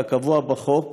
כקבוע בחוק,